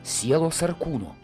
sielos ar kūno